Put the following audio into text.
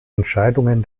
entscheidungen